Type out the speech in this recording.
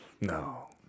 No